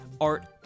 art